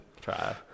try